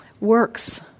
works